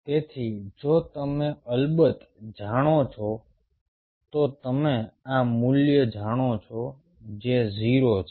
તેથી જો તમે અલબત્ત જાણો છો તો તમે આ મૂલ્ય જાણો છો જે 0 છે